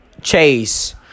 Chase